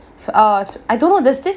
f~ uh I don't know there's this